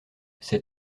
c’est